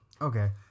okay